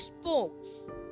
spokes